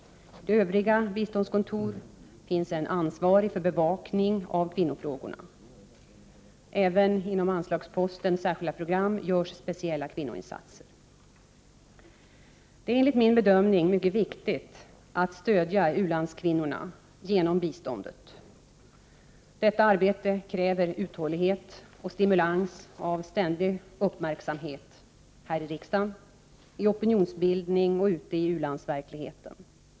Vid övriga biståndskontor finns en ansvarig för bevakning av kvinnofrågorna. Även inom anslagsposten ”Särskilda program” görs speciella kvinnoinsatser. Det är enligt min bedömning mycket viktigt att stödja u-landskvinnorna genom biståndet. Detta arbete kräver uthållighet och stimulans av ständig uppmärksamhet — här i riksdagen, i opinionsbildning och ute i u-landsverkligheten.